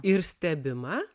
ir stebima